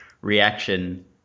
reaction